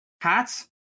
hats